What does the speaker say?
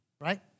Right